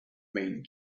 main